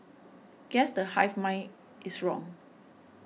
guess the hive mind is wrong